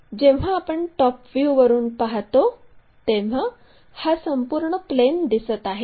जेव्हा आपण टॉप व्ह्यूवरून पाहतो तेव्हा हा संपूर्ण प्लेन दिसत आहे